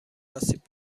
آسیب